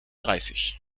dreißig